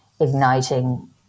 igniting